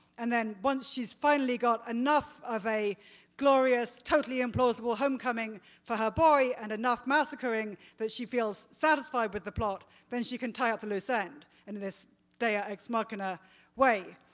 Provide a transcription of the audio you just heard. and then once she's finally got enough of a glorious, totally implausible homecoming for her boy and enough massacring that she feels satisfied with the plot, then she can tie up the loose end and in this dire mark in a way.